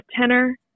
tenor